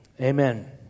Amen